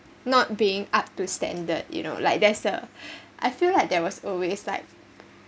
not being up to standard you know like that‘s the I feel like there was always like